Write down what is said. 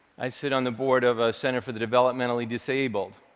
i sit on the board of a center for the developmentally disabled,